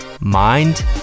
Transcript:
mind